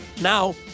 now